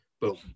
Boom